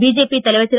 பிஜேபிதலைவர்திரு